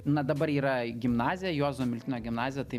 na dabar yra gimnazija juozo miltinio gimnazija tai